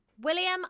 William